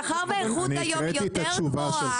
מאחר ולא --- מאחר והאיכות היום היא יותר גבוהה,